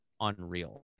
unreal